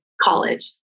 college